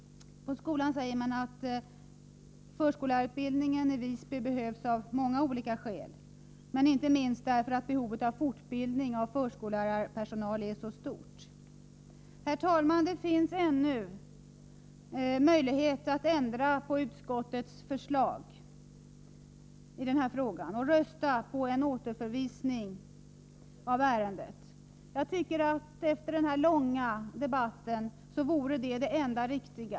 I skolan säger man att förskollärarutbildningen i Visby behövs av många skäl, inte minst därför att behovet av fortbildning av förskollärarpersonal är så stort. Herr talman! Än finns det möjlighet att ändra på utskottets förslag i denna fråga genom att rösta på en återförvisning av ärendet. Efter denna långa debatt tycker jag att det vore det enda riktiga.